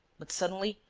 but, suddenly,